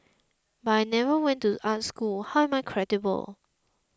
but I never went to art school how am I credible